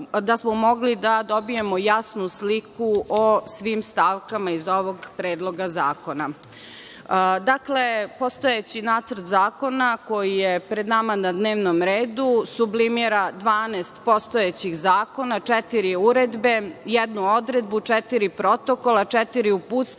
da smo mogli da dobijemo jasnu sliku o svim stavkama iz ovog predloga zakona. Dakle, postojeći nacrt zakona koji je pred nama na dnevnom redu sublimira 12 postojećih zakona, četiri uredbe, jednu odredbu, četiri protokola, četiri uputstva,